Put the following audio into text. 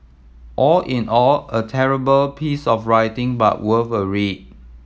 all in all a terrible piece of writing but worth a read